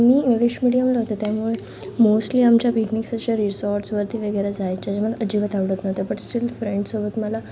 मी English मीडियमला होते त्यामुळे मोस्टली आमच्या पिकनिक्स अश्या रिसॉर्ट्सवरती वगैरे जायच्या ज्या मला अजिबात आवडत नव्हत्या बट स्टिल फ्रेंड्ससोबत मला